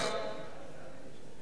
ובמקום זה, לפעמים,